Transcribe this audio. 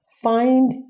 find